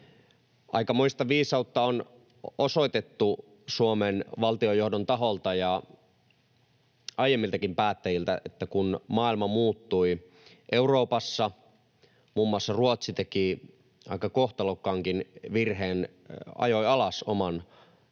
Aikamoista viisautta on osoitettu Suomen valtionjohdon taholta ja aiemmiltakin päättäjiltä, että kun maailma muuttui Euroopassa — muun muassa Ruotsi teki aika kohtalokkaankin virheen, ajoi alas oman